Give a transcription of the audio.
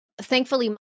Thankfully